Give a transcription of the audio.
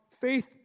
faith